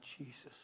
Jesus